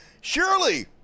surely